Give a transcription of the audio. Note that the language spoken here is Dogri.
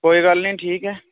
कोई गल्ल निं ठीक ऐ